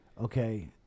Okay